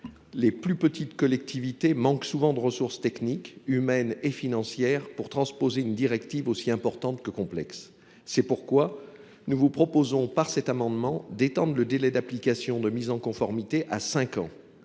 les plus petites collectivités manquent souvent de ressources techniques, humaines et financières pour transposer une directive aussi importante que complexe. C’est pourquoi nous vous proposons, par cet amendement, d’étendre le délai d’application de mise en conformité à cinq ans.